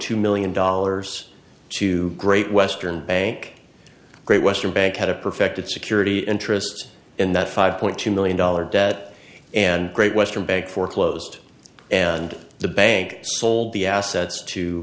two million dollars to great western bank great western bank had a perfected security interests in that five point two million dollar debt and great western bank foreclosed and the bank sold the assets to